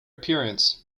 appearance